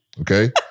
Okay